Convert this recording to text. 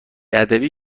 ادبی